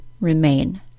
remain